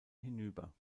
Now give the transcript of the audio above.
hinüber